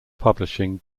publishing